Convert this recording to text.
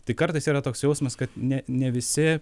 tik kartais yra toks jausmas kad ne ne visi